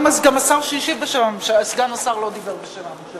גם סגן השר שהשיב לא דיבר בשם הממשלה.